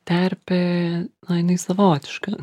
terpė jinai savotiška